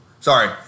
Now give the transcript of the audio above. Sorry